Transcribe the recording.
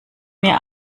mir